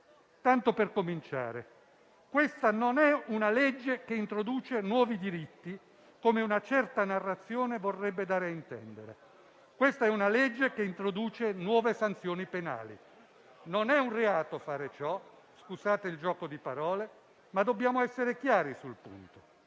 Tanto per cominciare, questa non è una legge che introduce nuovi diritti come una certa narrazione vorrebbe dare ad intendere. Questa è una legge che introduce nuove sanzioni penali. Non è un reato fare ciò - scusate il gioco di parole - ma dobbiamo essere chiari sul punto.